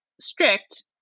strict